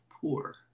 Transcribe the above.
poor